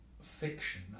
fiction